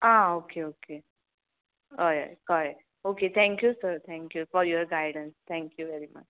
आं okay okay हय हय कळ्ळें okay thank you sir thank you for your guidance thank you very much